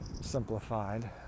simplified